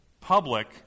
public